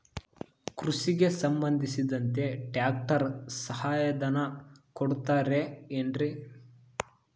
ಕೃಷಿಗೆ ಸಂಬಂಧಿಸಿದಂತೆ ಟ್ರ್ಯಾಕ್ಟರ್ ಸಹಾಯಧನ ಕೊಡುತ್ತಾರೆ ಏನ್ರಿ?